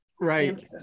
Right